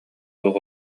суох